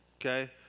Okay